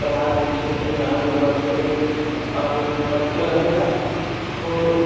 कलाके क्षेत्रमे आगे बढ़ते रहि आगे बढ़ते रहय लए आओर